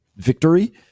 victory